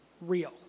real